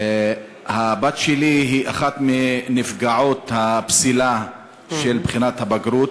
הבת שלי היא אחת מנפגעות הפסילה של בחינת הבגרות.